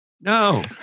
no